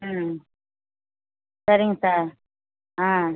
ம் சரிங்க சார் ஆ